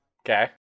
okay